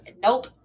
nope